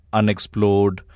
unexplored